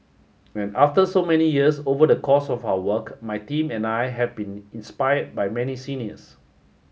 after so many years over the course of our work my team and I have been inspired by many seniors